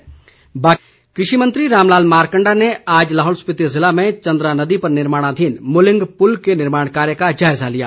मारकंडा कृषि मंत्री रामलाल मारकंडा ने आज लाहौल स्पिति जिले में चन्द्रा नदी पर निर्माणाधीन मूलिंग पुल के निर्माण कार्य का जायजा लिया